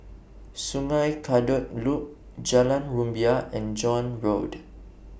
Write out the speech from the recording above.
Sungei Kadut Loop Jalan Rumbia and John Road